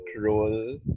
role